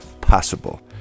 possible